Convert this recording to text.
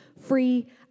free